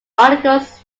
articles